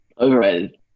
Overrated